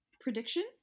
Prediction